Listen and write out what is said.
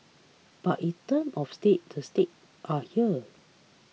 but in terms of stakes the stakes are here